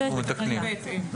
אנחנו מתקנים.